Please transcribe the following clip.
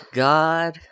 god